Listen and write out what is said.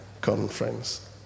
Conference